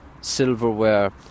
silverware